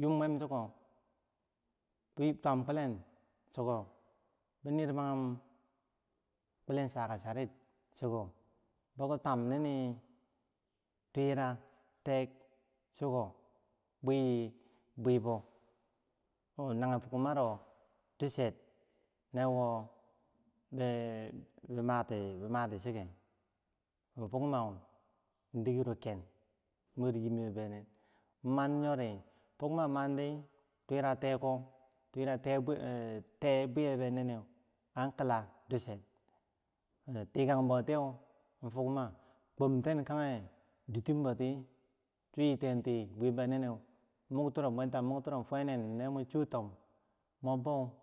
yum mwam chiko ban twam kulen chiko ban nimragum kulen chaka chari chiko, boki twam nini turak tek chiko, bwe bwebo nagen fukmaro duche nawo ber lumtilumichike fukma in dikero ken, mur yimeh beh nen, inmani yoh ri, fukma mandi tulakeko turak ter her tai bwe bineneu an kila, ducher ola tikang botiyew, kwamten kageh jutimboti swertenti bwi beneneu, muktiromwe ka muktiro nofwarnendi mun cho tom